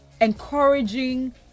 encouraging